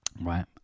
right